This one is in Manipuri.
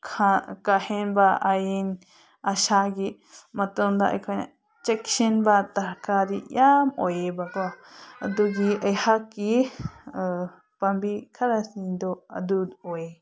ꯀꯥ ꯍꯦꯟꯕ ꯑꯏꯪ ꯑꯁꯥꯒꯤ ꯃꯇꯝꯗ ꯑꯩꯈꯣꯏꯅ ꯆꯦꯛꯁꯤꯟꯕ ꯗꯔꯀꯥꯔꯗꯤ ꯌꯥꯝ ꯑꯣꯏꯌꯦꯕꯀꯣ ꯑꯗꯨꯒꯤ ꯑꯩꯍꯥꯛꯀꯤ ꯄꯥꯝꯕꯤ ꯈꯔꯁꯤꯡꯗꯣ ꯑꯗꯨ ꯑꯣꯏ